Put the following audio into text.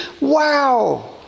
Wow